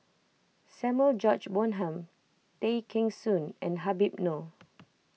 Samuel George Bonham Tay Kheng Soon and Habib Noh